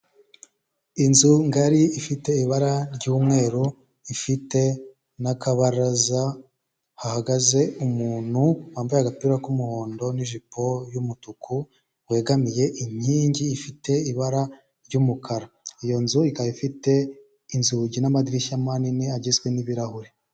Inzu ngari ifite ibara ry'umweru ifite n'akabaraza hahagaze umuntu wambaye agapira k'umuhondo n'ijipo y'umutuku, wegamiye inkingi ifite ibara ry'umukara, iyo nzu ikaba ifite inzugi n'amadirishya manini agizwe n'ibirahure.